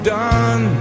done